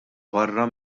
barra